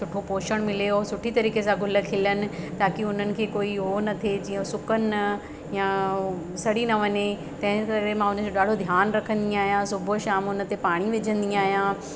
सुठो पोषण मिले ऐं सुठी तरीके़ सां गुल खिलनि ताकी हुननि खे कोई हूओ न थिए जीअं हूअ सुकनि न या उहो सड़ी ना वञे तंहिं करे मां हुन जो ॾाढो ध्यानु रखंदी आहियां सुबुह शाम ते पाणी विझंदी आहियां